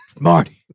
Marty